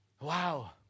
Wow